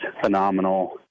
phenomenal